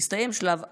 הסתיים שלב א'